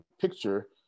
picture